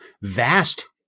vast